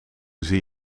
zie